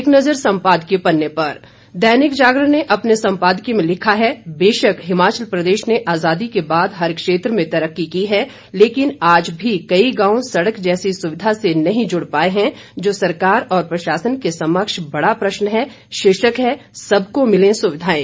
एक नज़र सम्पादकीय पन्ने पर दैनिक जागरण ने अपने संपादकीय में लिखा है बेशक हिमाचल प्रदेश ने आजादी के बाद हर क्षेत्र में तरक्की की है लेकिन आज भी कई गांव सड़क जैसी सुविधा से नहीं जुड़ पाए हैं जो सरकार और प्रशासन के समक्ष बड़ा प्रश्न है शीर्षक है सबको मिलें सुविधाएं